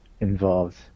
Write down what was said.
involved